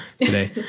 today